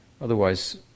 Otherwise